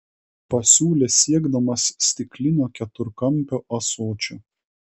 pasiūlė siekdamas stiklinio keturkampio ąsočio